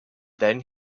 then